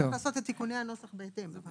נצטרך לעשות את תיקוני הנוסח בהתאם.